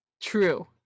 True